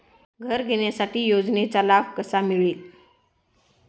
घर घेण्यासाठी योजनेचा लाभ कसा मिळेल?